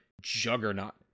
juggernaut